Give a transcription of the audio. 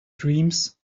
dreams